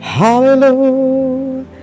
Hallelujah